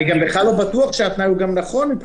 אני גם בכלל לא בטוח שהתנאי הוא נכון.